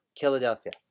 Philadelphia